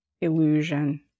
illusion